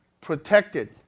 protected